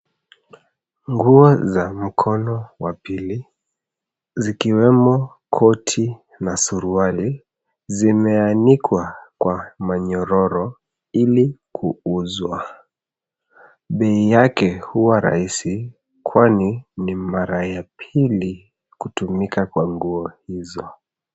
Nguo za mkono wa pili zikiwemo koti na suruali, zimeanikwa kwa manyororo ili kuuzwa. Bei yake huwa rahisi kwani ni mara ya pili kutumika kwa nguo hizo.